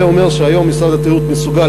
זה אומר שהיום משרד התיירות מסוגל,